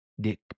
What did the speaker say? Dick